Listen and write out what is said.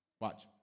Watch